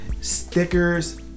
stickers